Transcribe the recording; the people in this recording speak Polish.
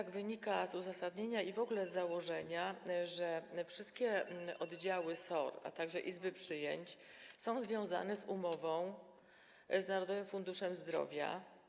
Tak wynika z uzasadnienia i w ogóle z założenia, że wszystkie oddziały SOR, a także izby przyjęć są związane umową z Narodowym Funduszem Zdrowia.